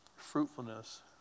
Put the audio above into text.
fruitfulness